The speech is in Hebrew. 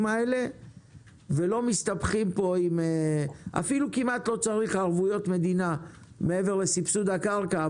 האלה ולא מסתבכים עם ערבויות מדינה מעבר לסבסוד הקרקע.